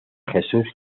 jesús